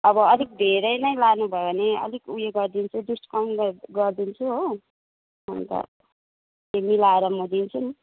अब अलिक धेरै नै लानु भयो भने अलिक उयो गरिदिन्छु डिस्काउन्ट गरिदिन्छु हो अन्त मिलाएर म दिन्छु नि